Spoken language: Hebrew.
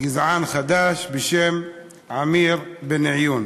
גזען חדש בשם עמיר בניון.